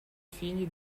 figli